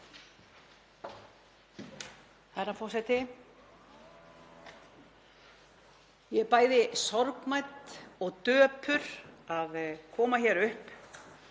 Herra forseti. Ég er bæði sorgmædd og döpur að koma hér upp